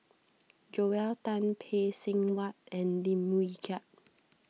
Joel Tan Phay Seng Whatt and Lim Wee Kiak